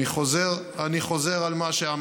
אני חוזר על מה שאני